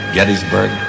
Gettysburg